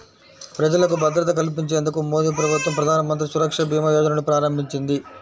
ప్రజలకు భద్రత కల్పించేందుకు మోదీప్రభుత్వం ప్రధానమంత్రి సురక్షభీమాయోజనను ప్రారంభించింది